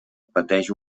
pateix